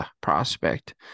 prospect